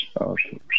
Okay